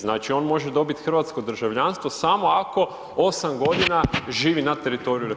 Znači on može dobiti hrvatsko državljanstvo samo ako 8 g. živo na teritoriju RH, hvala.